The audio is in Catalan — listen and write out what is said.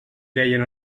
deien